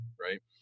right